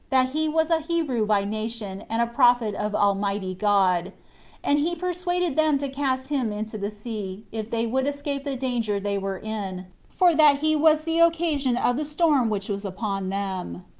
that he was a hebrew by nation, and a prophet of almighty god and he persuaded them to cast him into the sea, if they would escape the danger they were in, for that he was the occasion of the storm which was upon them.